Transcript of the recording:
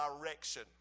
direction